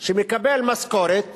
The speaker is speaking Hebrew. שמקבל משכורת